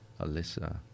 Alyssa